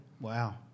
Wow